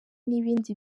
n’ibindi